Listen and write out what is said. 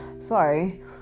sorry